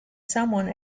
someone